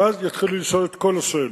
ואז יתחילו לשאול את כל השאלות.